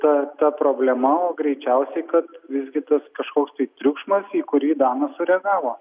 ta ta problema o greičiausiai kad visgi tas kažkoks tai triukšmas į kurį danas sureagavo